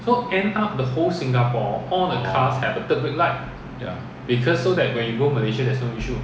orh ya